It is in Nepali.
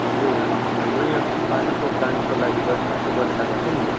हजुर हाम्रो यो पानीको प्लान्सको लागि दस लाखको बजेट आएको छ नि